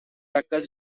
occurs